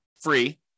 free